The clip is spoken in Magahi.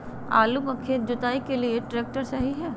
आलू का खेत जुताई के लिए ट्रैक्टर सही है?